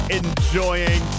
enjoying